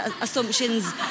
assumptions